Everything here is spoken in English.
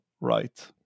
right